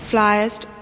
Flyest